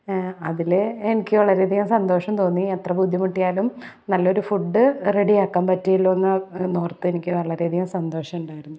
അതിൽ എനിക്ക് വളരെയധികം സന്തോഷം തോന്നി അത്ര ബുദ്ധിമുട്ടിയാലും നല്ല ഒരു ഫുഡ് റെഡിയാക്കാൻ പറ്റിയല്ലോ എന്ന് എന്ന് ഓർത്ത് എനിക്ക് വളരെയധികം സന്തോഷമുണ്ടായിരുന്നു